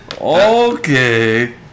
Okay